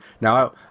now